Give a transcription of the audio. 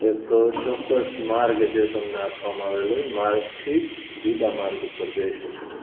એક ચોક્કસ માર્ગ જે તમને આપવામાં આવેલો હોય એ માર્ગથી જુદા માર્ગ પર જઈ શકો